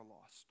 lost